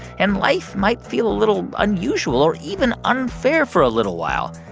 and life might feel a little unusual or even unfair for a little while.